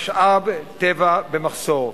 משאב טבע במחסור.